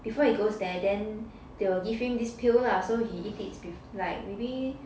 before he goes there then they will give him this pill lah so he eat it before like maybe